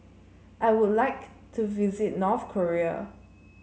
I would like to visit North Korea